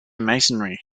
masonry